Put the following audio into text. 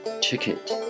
ticket